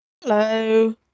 Hello